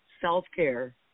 self-care